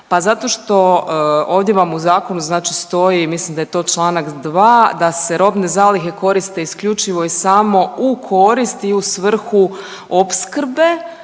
Pa zato što vam u ovom zakonu stoji mislim da je to čl. 2., da se robne zalihe koriste isključivo i samo u korist i u svrhu opskrbe